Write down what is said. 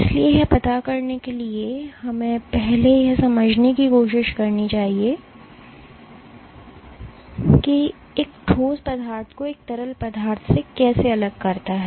इसलिए यह पता करने के लिए कि हमें पहले यह समझने की कोशिश करनी चाहिए कि एक ठोस पदार्थ को एक तरल से क्या अलग करता है